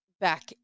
back